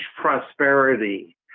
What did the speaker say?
Prosperity